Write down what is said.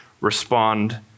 respond